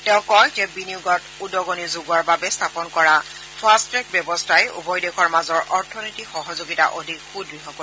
তেওঁ কয় যে বিনিয়োগত উদগণি জোগোৱাৰ বাবে স্থাপন কৰা ফাট্ট ট্ৰেক ব্যৱস্থাই উভয় দেশৰ মাজৰ অৰ্থনৈতিক সহযোগিতা অধিক সুদ্ঢ কৰিব